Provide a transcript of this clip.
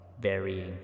varying